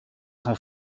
son